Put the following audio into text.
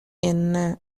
என்ன